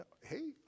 Hey